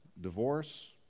divorce